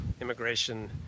immigration